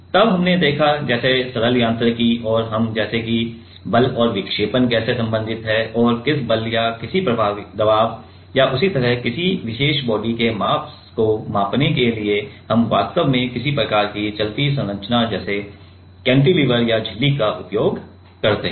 तब हमने देखा जैसे सरल यांत्रिकी और हम जैसे कि बल और विक्षेपण कैसे संबंधित हैं और किसी बल या किसी दबाव या उसी तरह किसी विशेष बॉडी के मास को मापने के लिए हम वास्तव में किसी प्रकार की चलती संरचना जैसे कैंटिलीवर या झिल्ली का उपयोग करते हैं